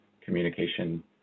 communication